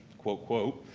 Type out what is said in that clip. quote, quote.